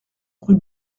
rue